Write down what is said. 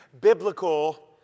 biblical